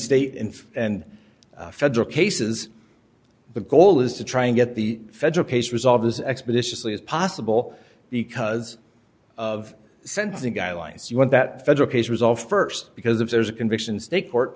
and and federal cases the goal is to try and get the federal case resolved as expeditiously as possible because of sentencing guidelines you want that federal case resolved first because if there's a conviction state court